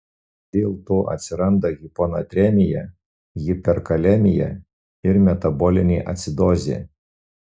dėlto atsiranda hiponatremija hiperkalemija ir metabolinė acidozė